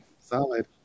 solid